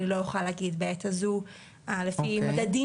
אני לא יכולה להגיד בעת הזו לפי מדדים